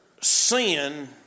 sin